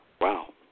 Wow